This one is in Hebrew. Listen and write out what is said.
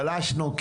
כל ההנהלות התחלפו.